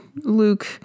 Luke